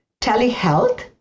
telehealth